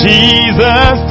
Jesus